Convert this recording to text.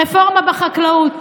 רפורמה בחקלאות,